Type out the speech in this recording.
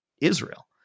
israel